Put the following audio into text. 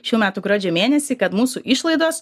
šių metų gruodžio mėnesį kad mūsų išlaidos